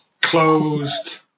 closed